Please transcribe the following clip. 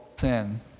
sin